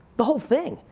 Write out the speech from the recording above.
the whole thing.